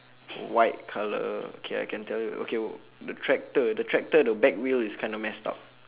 white colour K I can tell you okay the tractor the tractor the back wheel is kind of messed up